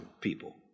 people